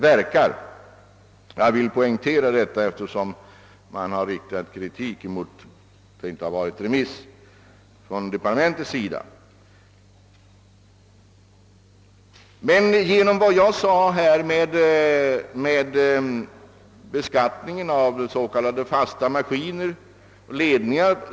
Jag har velat poängtera detta, eftersom kritik framförts mot att departementet inte sänt ut förslaget för remissbehandling.